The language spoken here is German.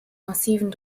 massiven